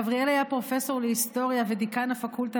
גבריאל היה פרופסור להיסטוריה ודיקן הפקולטה